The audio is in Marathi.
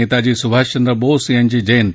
नेताजी सुभाषचंद्र बोस यांची जयंती